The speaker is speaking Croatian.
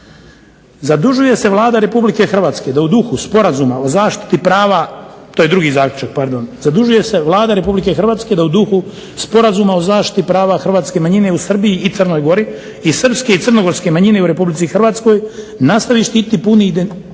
"Zadužuje se Vlada Republike Hrvatske da u duhu Sporazuma o zaštiti prava hrvatske manjine u Srbiji i Crnoj Gori i srpske i crnogorske manjine u RH nastavi štiti puni integritet